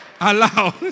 allow